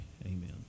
amen